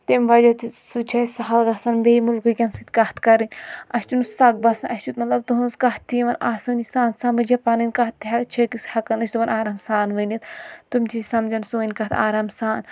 تمہِ وَجَہ سٟتۍ چھِ اَسہِ سَہَل گَژھان بیٚیہِ مٔلکہٕ کؠن سٟتۍ کَتھ کَرٕنۍ اَسہِ چھنہٕ سَکھ باسان اَسہِ چھِ مَطلَب تُہٕنٛز کَتھ تہِ یِوان آسٲنی سان سَمٕج یا پَنٕنۍ کَتھ تہِ چھِ أکِس ہؠکان أسۍ تِمَن آرام سان ؤنِتھ تِم تہِ چھِ سَمجھان سٲنۍ کَتھ آرام سان